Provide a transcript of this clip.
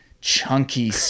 chunky